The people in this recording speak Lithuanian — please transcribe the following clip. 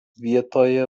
vietoje